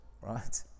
right